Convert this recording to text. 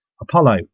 Apollo